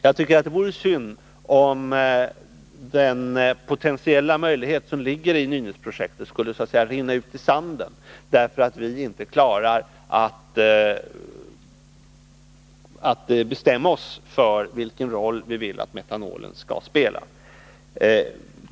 Jag tycker att det vore synd om den potentiella möjlighet som ligger i Nynäsprojektet så att säga skulle rinna ut i sanden därför att vi inte kan klara av att bestämma oss för vilken roll vi vill att metanolen skall spela.